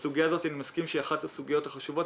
אני מסכים שהסוגיה הזאת היא אחת הסוגיות החשובות.